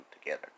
together